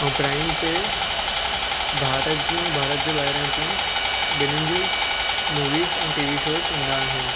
ऐं प्राइम ते भारत जियूं भारत जे ॿाहिरां जूं ॿिन्हिनि जूं मूवीस ऐं टीवी शोस ईंदा आहिनि